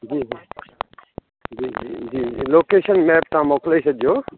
जी जी जी जी जी लोकेशन मेप तव्हां मोकिले छॾिजो